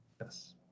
Yes